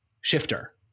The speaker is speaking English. shifter